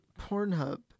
Pornhub